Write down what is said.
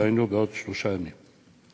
דהיינו בעוד שלושה ימים.